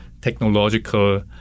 technological